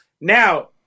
Now